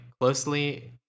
closely